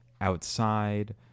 outside